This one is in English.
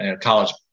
college